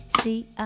see